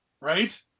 right